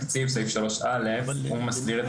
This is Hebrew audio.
סעיף 3א לחוק יסודות התקציב מסדיר את